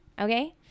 okay